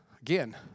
Again